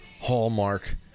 Hallmark